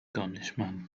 دانشمند